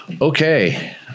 okay